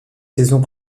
saisons